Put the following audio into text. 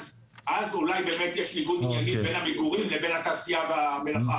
אז אולי באמת יש ניגוד עניינים בין המגורים לבין התעשייה והמלאכה.